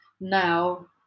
now